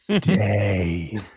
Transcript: day